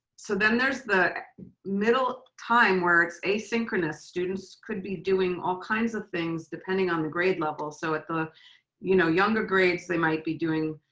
so then there's the middle time where it's asynchronous. students could be doing all kinds of things depending on the grade level. so at the you know younger grades, they might be doing